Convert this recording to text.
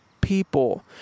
people